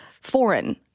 foreign